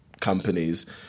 companies